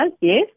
yes